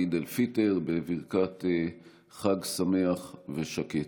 אל-פיטר בברכת חג שמח ושקט.